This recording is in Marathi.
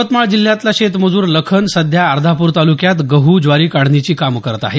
यवतमाळ जिल्ह्यातला शेत मजुर लखन सध्या अर्धापूर तालुक्यात गहू ज्वारी काढणीची कामं करत आहे